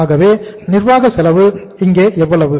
அகவே நிர்வாக செலவு இங்கே எவ்வளவு